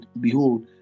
Behold